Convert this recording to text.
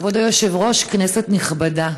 כבוד היושב-ראש, כנסת נכבדה,